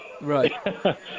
Right